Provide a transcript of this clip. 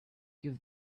give